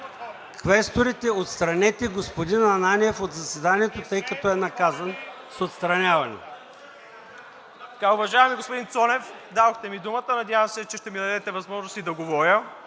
Квесторите, отстранете господин Ананиев от заседание, тъй като е наказан с отстраняване.